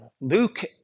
Luke